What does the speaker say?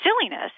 silliness